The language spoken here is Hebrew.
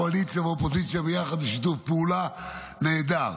קואליציה ואופוזיציה ביחד בשיתוף פעולה נהדר,